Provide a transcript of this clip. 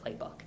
playbook